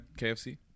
KFC